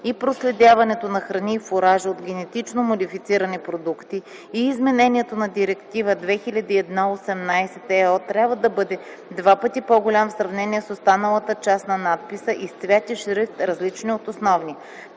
и проследяването на храни и фуражи от генетично модифицирани продукти и изменението на Директива 2001/18/ЕО, трябва да бъде два пъти по-голям в сравнение с останалата част на надписа и с цвят и шрифт, различни от основния.”